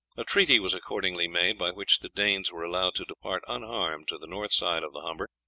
a treaty was accordingly made by which the danes were allowed to depart unharmed to the north side of the humber,